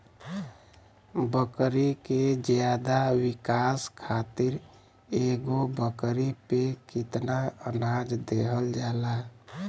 बकरी के ज्यादा विकास खातिर एगो बकरी पे कितना अनाज देहल जाला?